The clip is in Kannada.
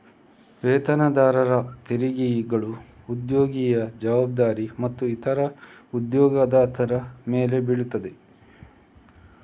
ವೇತನದಾರರ ತೆರಿಗೆಗಳು ಉದ್ಯೋಗಿಯ ಜವಾಬ್ದಾರಿ ಮತ್ತು ಇತರವು ಉದ್ಯೋಗದಾತರ ಮೇಲೆ ಬೀಳುತ್ತವೆ